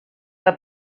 que